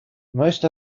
most